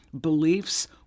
beliefs